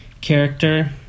character